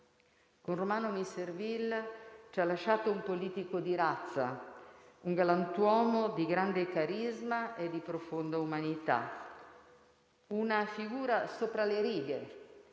Con Romano Misserville ci ha lasciato un politico di razza, un galantuomo di grande carisma e di profonda umanità; una figura sopra le righe